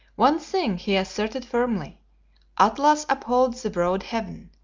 one thing he asserted firmly atlas upholds the broad heaven.